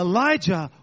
Elijah